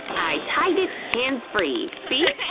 i tied it, hands-free, see?